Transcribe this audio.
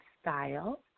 style